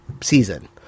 season